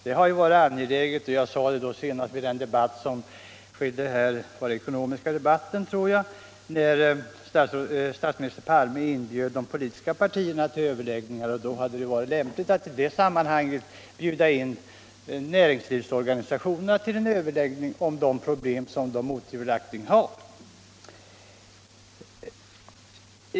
Det hade ju varit lämpligt — jag tror det var senast i den ekonomiska debatten jag sade detta — när statsminister Palme inbjöd de politiska partierna till överläggningar att då även bjuda in näringslivsorganisationerna till en överläggning om de problem som de otvivelaktigt har.